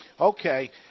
Okay